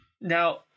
Now